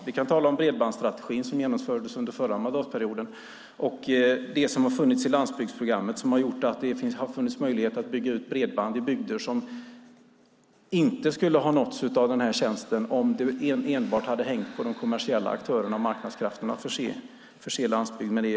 Vi kan tala om bredbandsstrategin som genomfördes under förra mandatperioden och om det som har funnits i landsbygdsprogrammet som har gjort det möjligt att bygga ut bredband i bygder som inte skulle ha nåtts av den här tjänsten om det enbart hade hängt på de kommersiella aktörerna och marknadskrafterna att förse landsbygden med detta.